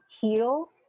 heal